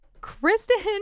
Kristen